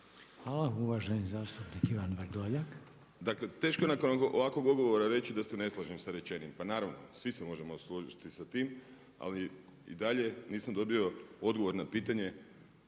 Hvala. Uvaženi zastupnik Ivan Vrdoljak. **Vrdoljak, Ivan (HNS)** Dakle, teško je nakon ovakvog odgovora reći da se ne slažem sa rečenim. Pa naravno, svi se možemo složiti sa tim, ali i dalje nisam dobio odgovor na pitanje,